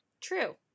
true